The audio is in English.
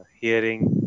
hearing